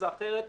משפט אחרון.